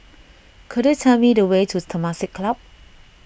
could you tell me the way to Temasek Club